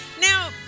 Now